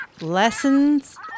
lessons